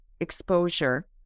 exposure